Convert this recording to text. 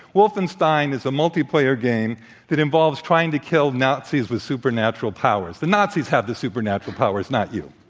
wolfenstein is a multiplayer game that involves trying to kill nazis with supernatural powers. the nazis have the supernatural powers, not you,